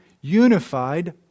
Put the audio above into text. unified